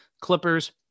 Clippers